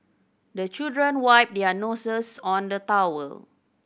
the children wipe their noses on the towel